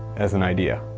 as an idea.